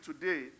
today